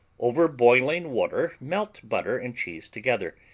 over boiling water melt butter and cheese together,